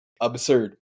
absurd